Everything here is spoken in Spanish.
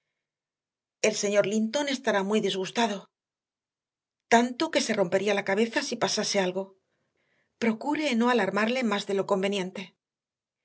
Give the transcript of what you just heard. el señor linton estará muy disgustado tanto que se rompería la cabeza si pasase algo procure no alarmarle más de lo conveniente